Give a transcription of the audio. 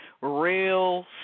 real